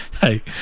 Hey